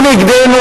הוא נגדנו,